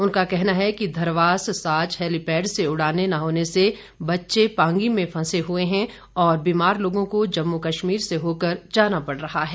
उनका कहना है कि धरवास साच हैलीपैड से उड़ाने न होने से बच्चे पांगी में फंसे हुए हैं और बीमार लोगों को जम्मू कश्मीर से होकर जाना पड़ रहा है